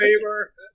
Favor